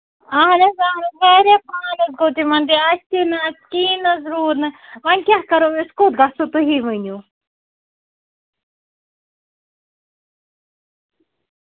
اَہن حظ اَہن حظ واریاہ فان حظ گوٚو تِمن تہِ اَسہِ تہِ نہَ حظ کِہیٖنٛۍ نہَ حظ روٗد نہٕ وۅنۍ کیٛاہ کرو أسۍ کوٚت گژھو تُہی ؤنِو